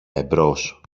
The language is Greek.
εμπρός